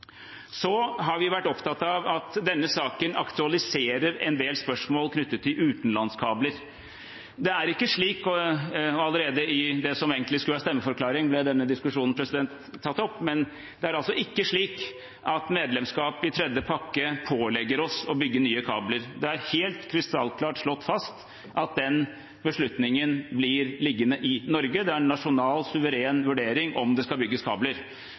har vært opptatt av at denne saken aktualiserer en del spørsmål knyttet til utenlandskabler. Det er ikke slik – og allerede i det som skulle være stemmeforklaring, ble denne diskusjonen tatt opp – at medlemskap i tredje pakke pålegger oss å bygge nye kabler. Det er helt krystallklart slått fast at den beslutningen blir liggende i Norge. Det er en nasjonal suveren vurdering om det skal bygges kabler,